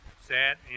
sat